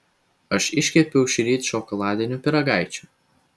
aš iškepiau šįryt šokoladinių pyragaičių